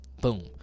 Boom